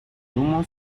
humo